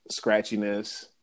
scratchiness